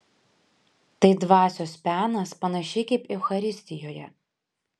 tai dvasios penas panašiai kaip eucharistijoje